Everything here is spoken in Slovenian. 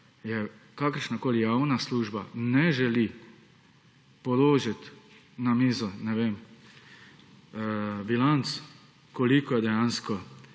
je kakršnakoli javna služba ne želi položiti na mizo, ne vem, bilanc koliko dejansko